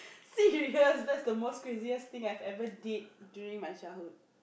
serious that's the most craziest thing I've ever did during my childhood